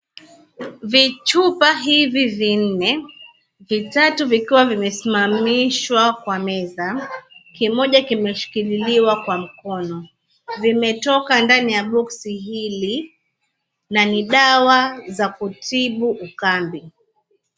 Vichupa hivi vinne, vitatu vikiwa vimesimamishwa kwa meza kimoja kimeshikililiwa kwa mkono, vimetoka ndani ya boxi hili na ni dawa za kutibu ukambi.